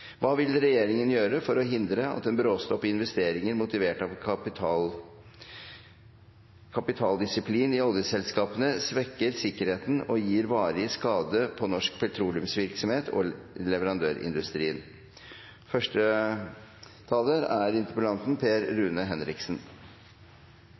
kva regjeringa vil gjere for å hindre at ein bråstopp i investeringar motivert av kapitaldisiplin i oljeselskapa svekkjer sikkerheita og gir varige skadar på norsk petroleumsverksemd og leverandørindustrien. Det er